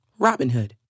Robinhood